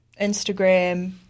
Instagram